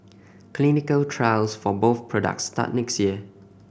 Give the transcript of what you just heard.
clinical trials for both products start next year